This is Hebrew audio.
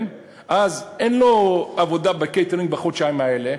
אין לו עבודה בקייטרינג בחודשיים האלה,